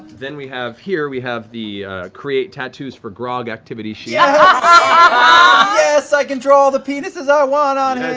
then we have here, we have the create tattoos for grog activity sheet. liam yes! ah yes, i can draw all the penises i want on